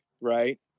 right